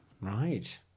Right